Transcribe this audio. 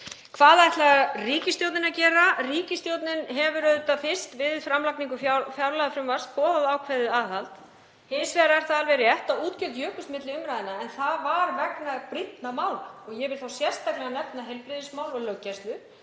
Hvað ætlar ríkisstjórnin að gera? Ríkisstjórnin hefur auðvitað við framlagningu fjárlagafrumvarps boðað ákveðið aðhald. Hins vegar er það alveg rétt að útgjöld jukust milli umræðna en það var vegna brýnna mála. Ég vil þá sérstaklega nefna heilbrigðismál og löggæslu